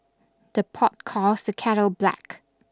the pot calls the kettle black